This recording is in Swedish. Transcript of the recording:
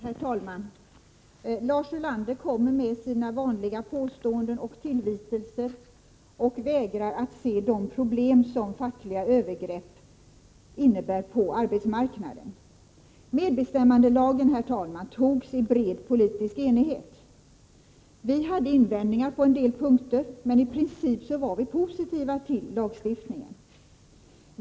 Herr talman! Lars Ulander kommer med sina vanliga påståenden och tillvitelser och vägrar att se de problem som fackliga övergrepp innebär på arbetsmarknaden. Herr talman! Medbestämmandelagen antogs i bred politisk enighet. Vi hade invändningar på en del punkter, men i princip var vi positiva till lagstiftningen.